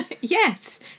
Yes